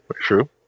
true